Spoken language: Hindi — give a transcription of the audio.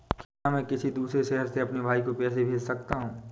क्या मैं किसी दूसरे शहर में अपने भाई को पैसे भेज सकता हूँ?